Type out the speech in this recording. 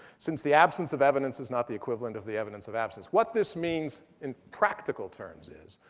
since the absence of evidence is not the equivalent of the evidence of absence. what this means in practical terms is,